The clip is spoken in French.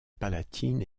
palatine